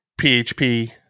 php